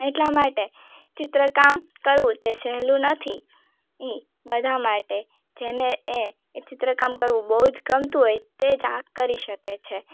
એટલા માટે ચિત્ર કામ કરવું તે સહેલું નથી એ બધા માટે જેને એ એ ચિત્રકામ કરવું બહુ જ ગમતું હોય તે જ આ કરી શકે છે